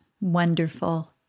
Wonderful